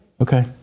Okay